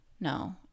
no